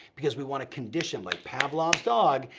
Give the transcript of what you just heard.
because we wanna condition, like pavlov's dog,